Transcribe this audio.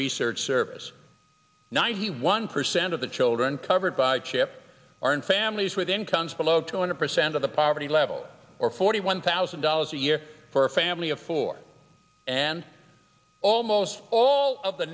research service ninety one percent of the children covered by chip are in families with incomes below two hundred percent of the poverty level or forty one thousand dollars a year for a family of four and almost all of the